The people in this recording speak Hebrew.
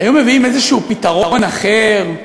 היו מביאים פתרון אחר,